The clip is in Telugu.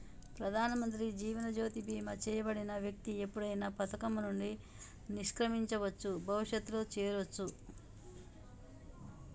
ప్రధానమంత్రి జీవన్ జ్యోతి బీమా చేయబడిన వ్యక్తి ఎప్పుడైనా పథకం నుండి నిష్క్రమించవచ్చు, భవిష్యత్తులో చేరొచ్చు